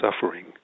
suffering